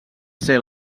ser